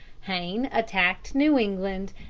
hayne attacked new england,